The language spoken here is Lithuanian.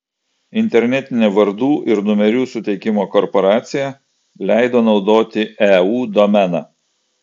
internetinė vardų ir numerių suteikimo korporacija leido naudoti eu domeną